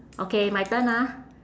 okay my turn ah